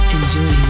Enjoy